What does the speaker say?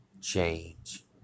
change